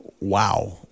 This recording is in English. Wow